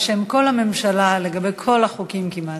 בשם כל הממשלה לגבי כל החוקים, כמעט.